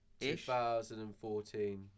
2014